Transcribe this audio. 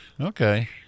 Okay